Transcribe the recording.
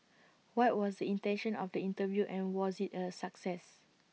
what was the intention of the interview and was IT A success